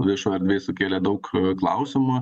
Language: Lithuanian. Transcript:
viešoj erdvėj sukėlė daug klausimų